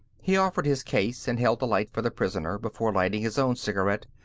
he offered his case and held a light for the prisoner before lighting his own cigarette.